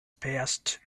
passed